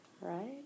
right